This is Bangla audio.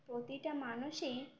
প্রতিটা মানুষই